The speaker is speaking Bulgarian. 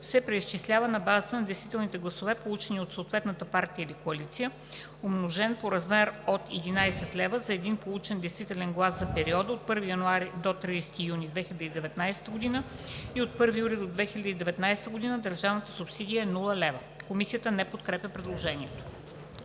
се преизчислява на базата на действителните гласове, получени от съответната партия или коалиция, умножен по размер от 11 лв. за един получен действителен глас за периода от 1 януари до 30 юни 2019 г., а от 1 юли 2019 г. държавната субсидия е 0 лв.“ Комисията не подкрепя предложението.